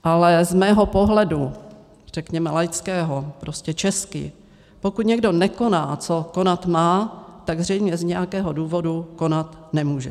Z mého pohledu, řekněme laického, prostě česky: pokud někdo nekoná, co konat má, tak zřejmě z nějakého důvodu konat nemůže.